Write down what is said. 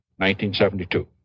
1972